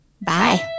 bye